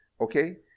okay